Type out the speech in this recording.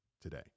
today